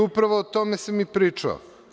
Upravo o tome sam pričao.